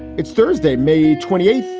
it's thursday, may twenty eight,